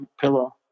pillow